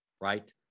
right